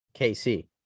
KC